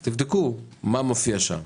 אז תבדקו מה מופיע שם,